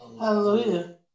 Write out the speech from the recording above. Hallelujah